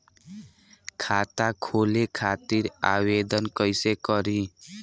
खाता खोले खातिर आवेदन कइसे करी?